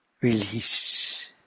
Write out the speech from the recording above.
release